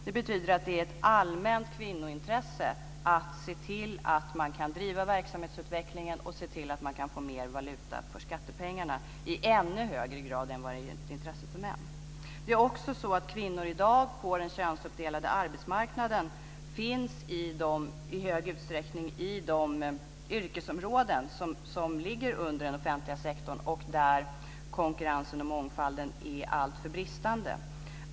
Det betyder att det är ett allmänt kvinnointresse att se till att man kan driva verksamhetsutvecklingen och att man kan få mer valuta för skattepengarna - i ännu högre grad än vad det är ett intresse för män. Det är också så att kvinnor i dag på den könsuppdelade arbetsmarknaden i stor utsträckning finns inom de yrkesområden som ligger under den offentliga sektorn där konkurrensen och mångfalden är alltför bristande.